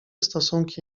stosunki